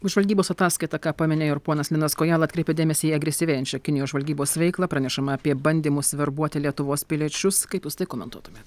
žvalgybos ataskaita ką paminėjo ir ponas linas kojala atkreipia dėmesį į agresyvėjančią kinijos žvalgybos veiklą pranešama apie bandymus verbuoti lietuvos piliečius kaip jūs tai komentuotumėt